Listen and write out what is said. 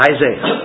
Isaiah